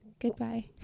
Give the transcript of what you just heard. Goodbye